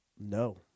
No